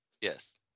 Yes